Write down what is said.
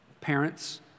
parents